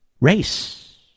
Race